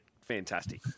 fantastic